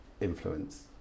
influence